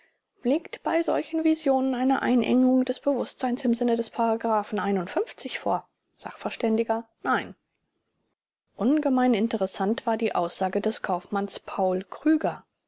liegt bei solchen visionen eine einengung des bewußtseins im sinne des vor sachv nein ungemein interessant war die aussage des kaufmanns paul krüger